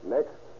Next